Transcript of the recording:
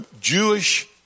Jewish